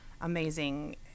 amazing